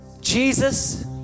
Jesus